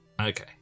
Okay